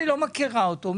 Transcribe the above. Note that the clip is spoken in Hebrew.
אני לא מכירה אותו,